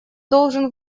должен